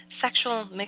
sexual